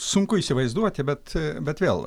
sunku įsivaizduoti bet bet vėl